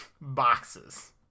Boxes